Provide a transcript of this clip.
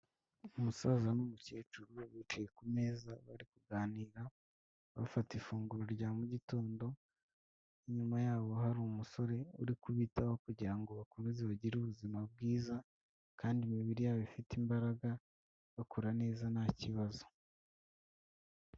Umusaza n'umukecuru bicaye ku meza bari kuganira bafata ifunguro rya mu gitondo, inyuma yabo hari umusore uri kubitaho kugira ngo bakomeze bagire ubuzima bwiza, kandi imibiri yabo ifite imbaraga, bakora neza nta kibazo.